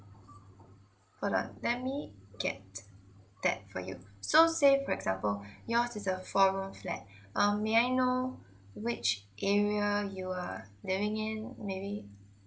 hold on let me get that for you so say for example yours is a four room flat um may I know which area you are living in maybe